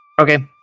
Okay